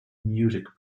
music